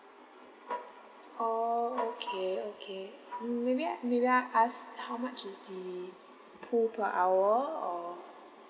orh okay okay mm maybe I mm may I ask how much is the pool per hour or